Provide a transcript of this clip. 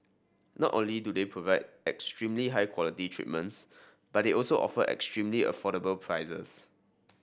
not only do they provide extremely high quality treatments but they also offer extremely affordable prices